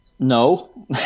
No